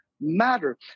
matter